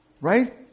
Right